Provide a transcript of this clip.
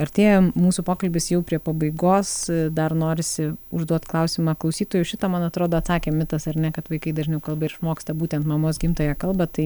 artėja mūsų pokalbis jau prie pabaigos dar norisi užduot klausimą klausytojų šitą man atrodo atsakėm mitas ar ne kad vaikai dažniau kalbą išmoksta būtent mamos gimtąją kalbą tai